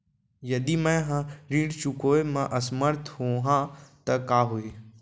यदि मैं ह ऋण चुकोय म असमर्थ होहा त का होही?